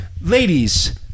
ladies